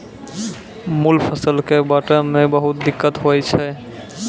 मूल फसल कॅ बढ़ै मॅ बहुत दिक्कत होय छै